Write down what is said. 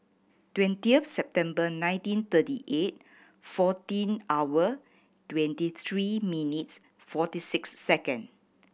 twentieth September nineteen thirty eight fourteen hour twenty three minutes forty six second